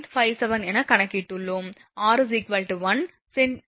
957 என கணக்கிட்டுள்ளோம் r 1 cm 0